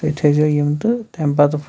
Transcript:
تُہۍ تھٔےزیو یِم تہٕ تَمہِ پَتہٕ